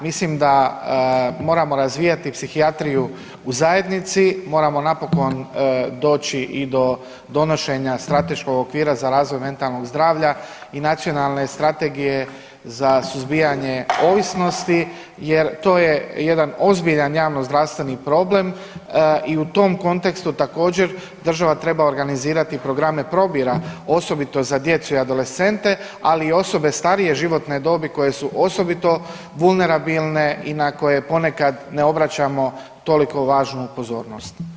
Mislim da moramo razvijati psihijatriju u zajednici, moramo napokon doći i do donošenja Strateškog okvira za razvoj mentalnog zdravlja i Nacionalne strategije za suzbijanje ovisnosti jer to je jedan ozbiljan javnozdravstveni problem i u tom kontekstu također država treba organizirati programe probira osobito za djecu i adolescente, ali i osobe starije životne dobi koje su osobito vulnerabilne i na koje ponekad ne obraćamo toliko važnu pozornost.